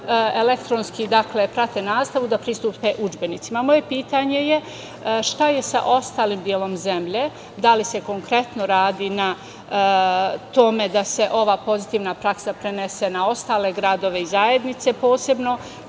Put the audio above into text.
elektronski prate nastavu, da pristupe udžbenicima. Moje pitanje je šta je sa ostalim delom zemlje, da li se konkretno radi na tome da se ova pozitivna praksa prenese na ostale gradove i zajednice, posebno